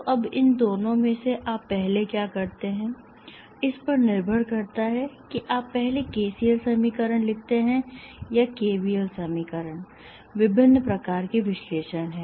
तो अब इन दोनों में से आप पहले क्या करते हैं इस पर निर्भर करता है कि आप पहले KCL समीकरण लिखते हैं या KVL समीकरण विभिन्न प्रकार के विश्लेषण हैं